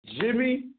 Jimmy